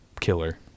killer